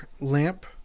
lamp